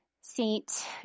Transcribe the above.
saint